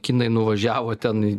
kinai nuvažiavo ten į